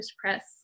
Press